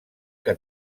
que